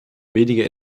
weniger